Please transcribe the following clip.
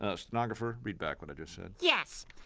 ah stenographer, read back what i just said. yes,